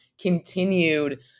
continued